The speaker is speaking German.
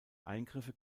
eingriffe